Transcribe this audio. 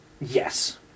yes